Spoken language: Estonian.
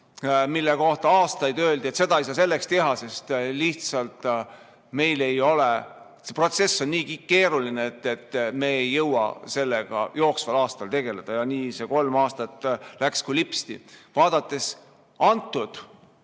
mille kohta aastaid öeldi, et seda ei saa teha, sest lihtsalt see protsess on niigi keeruline ja me ei jõua sellega jooksval aastal tegeleda. Nii see kolm aastat läks kui lipsti. Praegune